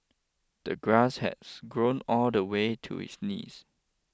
the grass has grown all the way to his knees